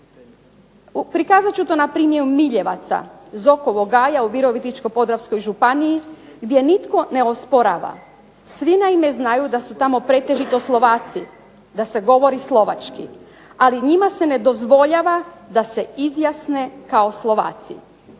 Prikazat ću to na primjeru Miljevaca, Zokovog gaja u Virovitičko-podravskoj županiji gdje nitko ne osporava, svi naime znaju da su tamo pretežito Slovaci, da se govori slovački ali njima se ne dozvoljava da se izjasne kao Slovaci.